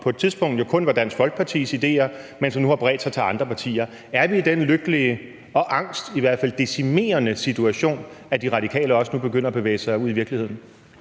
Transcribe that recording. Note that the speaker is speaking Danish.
på et tidspunkt kun var Dansk Folkepartis idéer, men som nu har bredt sig til andre partier? Er vi i den lykkelige – og i hvert fald angstdecimerende situation – at De Radikale også nu begynder at bevæge sig ud i virkeligheden?